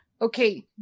Okay